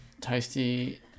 Tasty